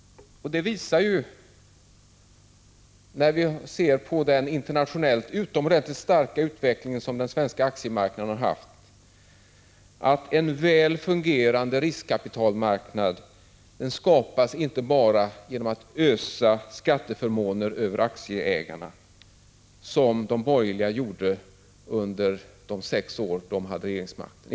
Det visar sig, när vi ser på den internationellt sett utomordentligt starka utveckling som den svenska aktiemarknaden haft, att en väl fungerande riskkapitalmarknad inte skapas bara genom att ösa skatteförmåner över aktieägarna, som de borgerliga gjorde under de sex år de hade regeringsmakten.